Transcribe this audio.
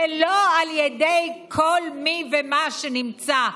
ולא על ידי כל מי ומה שנמצא,